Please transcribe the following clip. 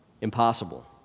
Impossible